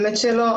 למען האמת, לא.